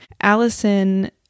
Allison